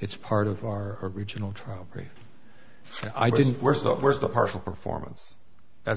it's part of our original trial three i didn't worse the worse the partial performance a